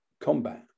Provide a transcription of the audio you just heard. combat